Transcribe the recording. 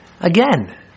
Again